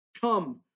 Come